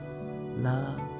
love